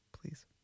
Please